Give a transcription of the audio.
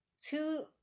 two